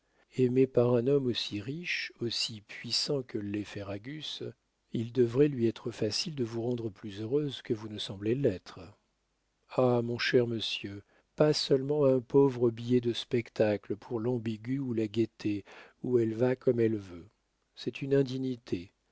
aimée par un homme aussi riche aussi puissant que l'est ferragus il devrait lui être facile de vous rendre plus heureuse que vous ne semblez l'être ah mon cher monsieur pas seulement un pauvre billet de spectacle pour l'ambigu ou la gaîté où elle va comme elle veut c'est une indignité